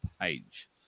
page